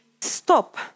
stop